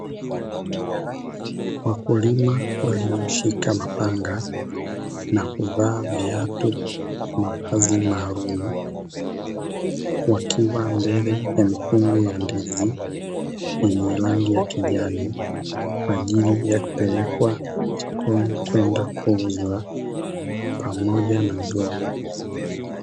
Wakulima waliyoshika mapanga na kuvaa viatu na mavazi maalumu, wakiwa mbele ya mikungu ya ndizi yenye rangi ya kijani, kwa ajili ya kupelekwa sokoni kwenda kuuzwa pamoja na migomba.